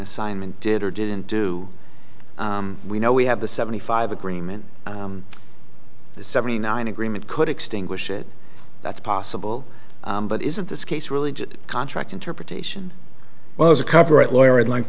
assignment did or didn't do we know we have the seventy five agreement the seventy nine agreement could extinguish it that's possible but isn't this case really contract interpretation well as a cover it lawyer i'd like